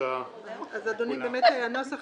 ולאור חשיבות הנושא